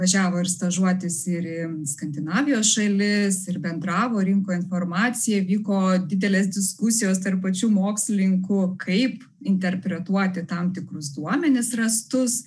važiavo ir stažuotis ir į skandinavijos šalis ir bendravo rinko informaciją vyko didelės diskusijos tarp pačių mokslininkų kaip interpretuoti tam tikrus duomenis rastus